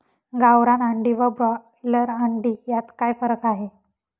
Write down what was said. गावरान अंडी व ब्रॉयलर अंडी यात काय फरक आहे?